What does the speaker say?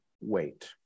wait